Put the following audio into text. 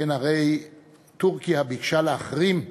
שכן הרי טורקיה ביקשה להחרים,